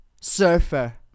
Surfer